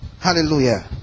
Hallelujah